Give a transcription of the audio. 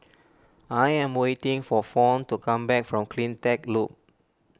I am waiting for Fawn to come back from CleanTech Loop